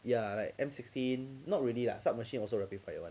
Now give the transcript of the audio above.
ya like M sixteen not really lah sub machine also okay for you [one]